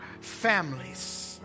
families